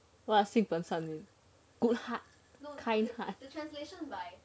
!wah! 性本善 good heart kind heart